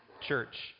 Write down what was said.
church